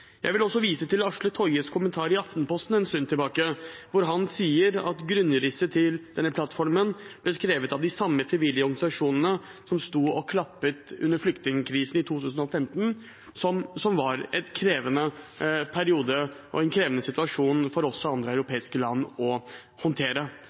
Jeg vil også vise til Asle Tojes kommentar i Aftenposten for en stund tilbake, der han sier at grunnrisset til denne plattformen ble skrevet av de samme frivillige organisasjonene som sto og klappet under flyktningkrisen i 2015, som var en krevende periode og en krevende situasjon for oss og andre